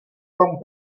tom